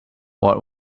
what